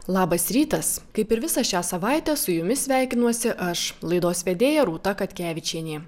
labas rytas kaip ir visą šią savaitę su jumis sveikinuosi aš laidos vedėja rūta katkevičienė